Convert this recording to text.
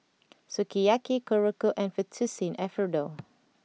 Sukiyaki Korokke and Fettuccine Alfredo